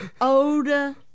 older